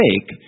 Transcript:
take